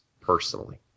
personally